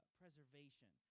preservation